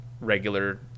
regular